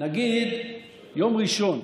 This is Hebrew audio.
נגיד יום ראשון,